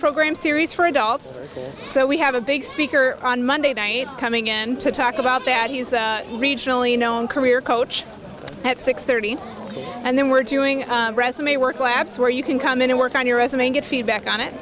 program series for adults so we have a big speaker on monday night coming in to talk about that he's a regionally known career coach at six thirty and then we're doing resume work labs where you can come in and work on your resume get feedback on it